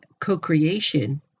co-creation